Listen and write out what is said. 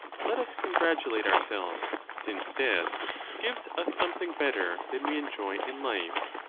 let us congratulate ourselves, since death gives us some thing better than we enjoy in life,